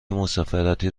مسافرتی